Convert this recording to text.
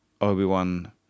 Obi-Wan